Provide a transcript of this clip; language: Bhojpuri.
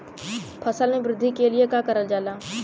फसल मे वृद्धि के लिए का करल जाला?